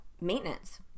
Maintenance